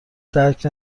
درک